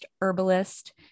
herbalist